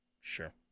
sure